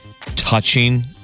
touching